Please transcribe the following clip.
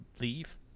leave